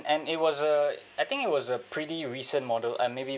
and it was uh I think it was a pretty recent model uh maybe